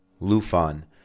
Lufan